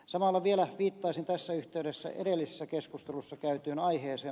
samalla vielä viittaisin tässä yhteydessä edellisessä keskustelussa käytyyn aiheeseen